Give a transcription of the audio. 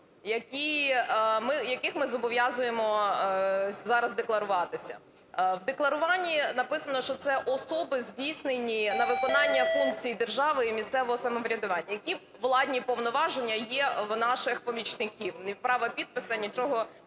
яких ми зобов'язуємо зараз декларуватися. В декларуванні написано, що це особи, здійснені на виконання функцій держави і місцевого самоврядування. Які владні повноваження є в наших помічників? Ні права підпису, нічого цього немає.